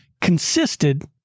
consisted